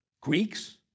Greeks